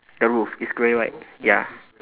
the roof is grey right ya